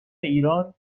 ایران